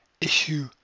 Issue